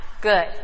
Good